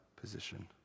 position